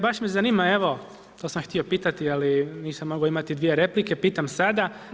Baš me zanima evo, to sam htio pitati ali nisam mogao imati dvije replike, pitam sada.